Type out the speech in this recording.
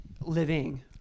Living